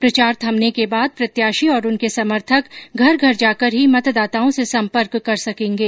प्रचार थमने के बाद प्रत्याशी और उनके समर्थक घर घर जाकर ही मतदाताओं से सम्पर्क कर सकेंगे